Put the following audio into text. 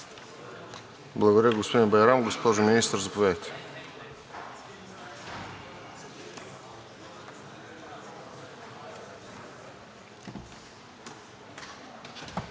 Благодаря, господин Байрам. Госпожо Министър, заповядайте.